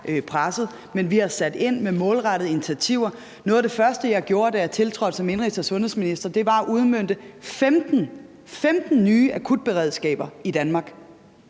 presset, men vi har sat ind med målrettede initiativer. Noget af det første, jeg gjorde, da jeg tiltrådte som indenrigs- og sundhedsminister, var at udmønte 15 – 15! – nye akutberedskaber i Danmark.